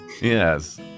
Yes